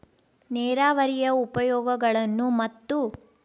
ನೇರಾವರಿಯ ಉಪಯೋಗಗಳನ್ನು ಮತ್ತು?